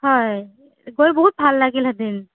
হয় গৈ বহুত ভাল লাগিলহেঁতেন